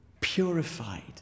purified